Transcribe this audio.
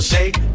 Shake